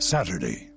Saturday